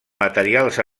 materials